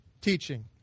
teaching